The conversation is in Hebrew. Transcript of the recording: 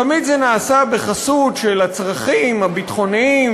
תמיד זה נעשה בחסות של הצרכים הביטחוניים,